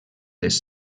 les